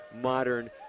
modern